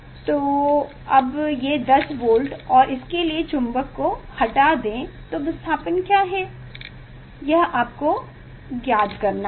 तो अब ये 10 वोल्ट और इसके लिए चुंबक को हटा दें तो विस्थापन क्या है यह आपको ज्ञात करना है